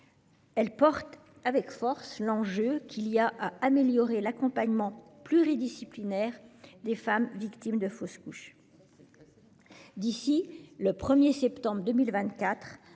Elle porte avec force la nécessité d'améliorer l'accompagnement pluridisciplinaire des femmes victimes de fausse couche. D'ici au 1 septembre 2024,